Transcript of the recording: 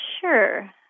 Sure